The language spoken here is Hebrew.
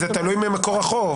זה תלוי מה מקור החוב.